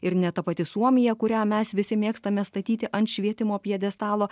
ir ne ta pati suomija kurią mes visi mėgstame statyti ant švietimo pjedestalo